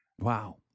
Wow